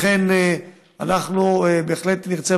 לכן, אנחנו בהחלט נרצה